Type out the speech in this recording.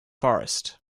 forest